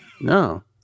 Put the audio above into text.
No